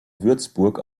würzburg